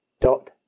dot